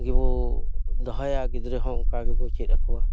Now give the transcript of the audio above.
ᱜᱮᱵᱚ ᱫᱚᱦᱚᱭᱟ ᱜᱤᱫᱽᱨᱟᱹ ᱦᱚᱸ ᱚᱝᱠᱟ ᱜᱮᱵᱚ ᱪᱮᱫ ᱟᱠᱚᱣᱟ